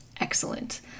Excellent